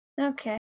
Okay